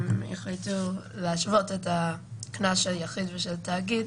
הם יחליטו להשוות את הקנס של יחיד ושל תאגיד.